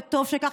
וטוב שכך,